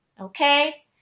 Okay